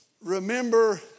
remember